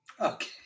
Okay